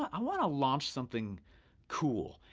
i wanna launch something cool,